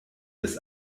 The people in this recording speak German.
des